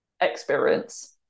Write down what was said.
experience